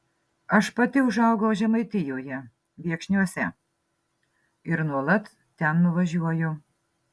aš pati užaugau žemaitijoje viekšniuose ir nuolat ten nuvažiuoju